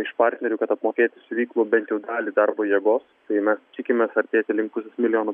iš partnerių kad apmokėti siuvyklų bent jau dalį darbo jėgos tai mes tikimės artėti link milijono